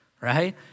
right